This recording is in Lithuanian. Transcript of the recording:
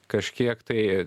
kažkiek tai